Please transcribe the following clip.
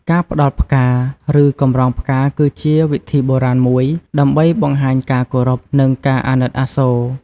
ការផ្ដល់ផ្កា ឬកម្រងផ្កាគឺជាវិធីបុរាណមួយដើម្បីបង្ហាញការគោរព និងការអាណិតអាសូរ។